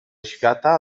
świata